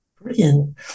Brilliant